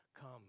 come